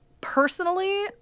personally